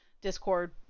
discord